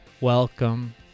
welcome